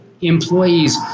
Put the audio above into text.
employees